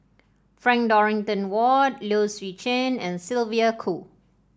Frank Dorrington Ward Low Swee Chen and Sylvia Kho